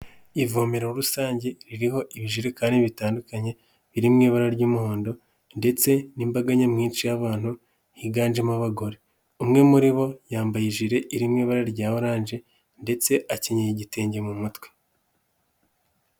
Ivomero rusange ririho ibijerekani bitandukanye biri mu ibara ry'umuhondo ndetse n'imbaga nyamwinshi y'abantu higanjemo abagore, umwe muri bo yambaye ijire irimo ibara rya oranje ndetse akenyera igitenge mu mutwe.